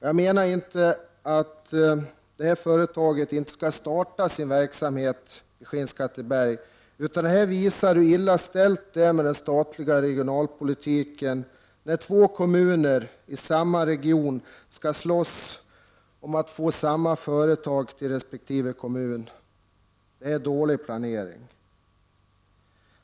Jag menar inte att företaget inte skall starta sin verksamhet i Skinnskatteberg. Det inträffade visar i stället hur illa ställt det är med den statliga regionalpolitiken, när två kommuner i samma region skall slåss med varandra för att få företaget till resp. kommun. Detta är dålig planering.